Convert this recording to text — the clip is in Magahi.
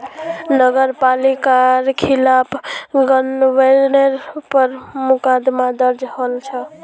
नगर पालिकार खिलाफ गबनेर पर मुकदमा दर्ज हल छ